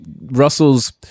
russell's